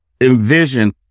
envision